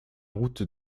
route